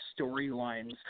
storylines